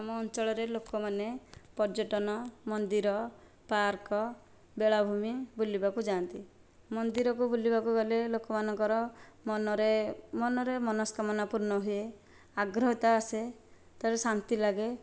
ଆମ ଅଞ୍ଚଳରେ ଲୋକମାନେ ପର୍ଯ୍ୟଟନ ମନ୍ଦିର ପାର୍କ ବେଳାଭୂମି ବୁଲିବାକୁ ଯାଆନ୍ତି ମନ୍ଦିରକୁ ବୁଲିବାକୁ ଗଲେ ଲୋକମାନଙ୍କର ମନରେ ମନରେ ମନସ୍କାମନା ପୂର୍ଣ୍ଣ ହୁଏ ଆଗ୍ରହତା ଆସେ ତରେ ଶାନ୍ତି ଲାଗେ